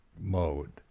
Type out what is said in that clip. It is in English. mode